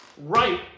right